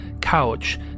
couch